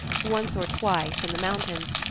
once or twice, in the mountains,